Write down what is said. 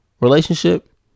relationship